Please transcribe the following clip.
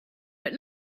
but